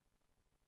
8) (הזכות לנוכחות מלווה בטיפול רפואי),